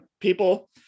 people